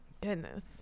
Goodness